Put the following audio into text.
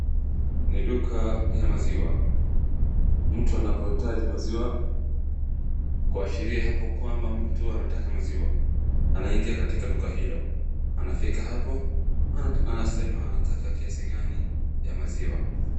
Ni duka ya maziwa, mtu anapohitaji maziwa kuashiria hapo kwamba mtu anataka maziwa. Anaingia katika dukka hilo, anafika hapo, anasema anataka kiasi gani ya maziwa.